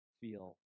feel